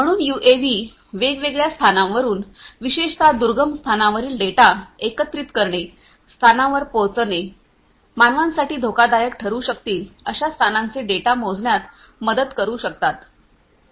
म्हणून यूएव्ही वेगवेगळ्या स्थानांवरून विशेषत दुर्गम स्थानांवरील डेटा एकत्रित करणे स्थानांवर पोहोचणे मानवांसाठी धोकादायक ठरू शकतील अशा स्थानांचे डेटा मोजण्यात मदत करू शकतात